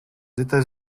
états